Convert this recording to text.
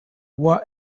what